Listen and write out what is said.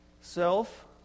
self